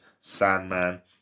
Sandman